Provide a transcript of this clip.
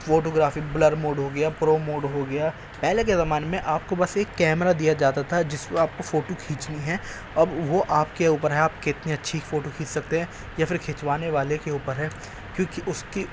photo گرافی blur mode ہو گیا پرو موڈ ہو گیا پہلے کے زمانے میں آپ کو بس ایک کیمرا دیا جاتا تھا جس سے آپ کو فوٹو کھینچنی ہے اب وہ آپ کے اوپر ہے آپ کتنی اچھی فوٹو کھینچ سکتے ہیں یا پھر کھنچوانے والے کے اوپر ہے کیوںکہ اس کی